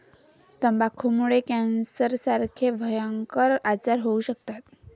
तंबाखूमुळे कॅन्सरसारखे भयंकर आजार होऊ शकतात